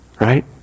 Right